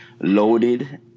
loaded